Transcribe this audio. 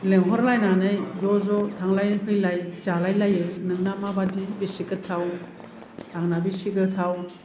लिंहरलायनानै ज' ज' थांलाय फैलाय जालायलायो नोंना माबादि बेसे गोथाव आंनिया बेसे गोथाव